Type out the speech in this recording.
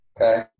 Okay